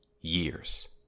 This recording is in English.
years